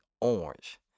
orange